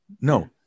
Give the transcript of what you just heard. no